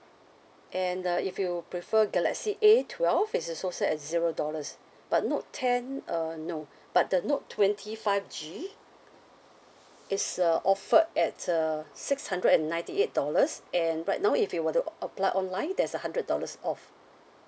and uh if you prefer galaxy A twelve it is also at zero dollars but note ten uh no but the note twenty five G is uh offered at uh six hundred and ninety eight dollars and right now if you were to apply online there's a hundred dollars off